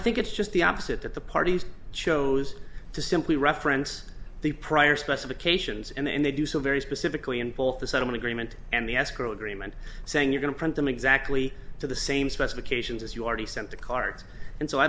think it's just the opposite that the parties chose to simply reference the prior specifications and they do so very specifically in both the settlement agreement and the escrow agreement saying you're going to print them exactly to the same specifications as you already sent the cart and so i